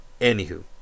Anywho